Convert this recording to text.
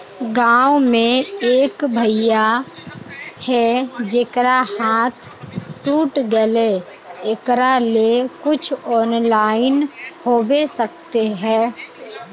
गाँव में एक भैया है जेकरा हाथ टूट गले एकरा ले कुछ ऑनलाइन होबे सकते है?